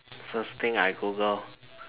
first thing I Google